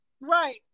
Right